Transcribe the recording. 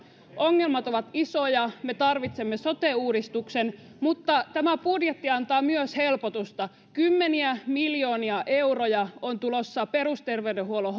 ongelmat ovat isoja me tarvitsemme sote uudistuksen mutta tämä budjetti antaa myös helpotusta kymmeniä miljoonia euroja on tulossa perusterveydenhuollon